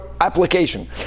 application